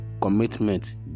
commitment